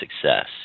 success